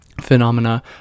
phenomena